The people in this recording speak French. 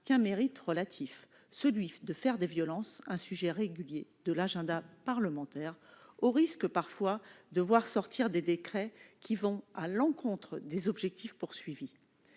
qu'un mérite, relatif : celui de faire des violences un sujet régulier de l'agenda parlementaire, au risque, parfois, de voir sortir des décrets qui vont à l'encontre des objectifs visés.